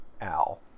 Al